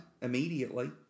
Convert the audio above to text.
immediately